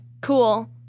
cool